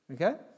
Okay